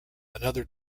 another